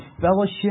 fellowship